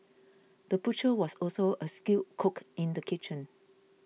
the butcher was also a skilled cook in the kitchen